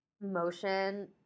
motion